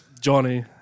Johnny